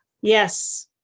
yes